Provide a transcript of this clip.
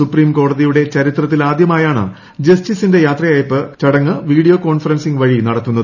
supreme കോടതിയുടെ ചരിത്രത്തിൽ ആദ്യമായാണ് ജസ്റ്റിസിന്റെ യാത്രയയപ്പ് ചടങ്ങ് വീഡിയോ കോൺഫറൻസിംഗ് വഴി നടത്തുന്നത്